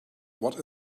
what